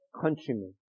countrymen